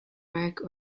mark